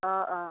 অঁ অঁ